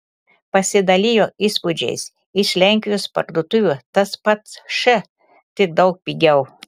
pasidalijo įspūdžiais iš lenkijos parduotuvių tas pats š tik daug pigiau